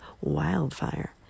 wildfire